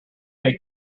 take